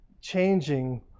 changing